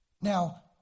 Now